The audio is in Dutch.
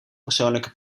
persoonlijke